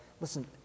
listen